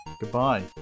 goodbye